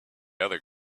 other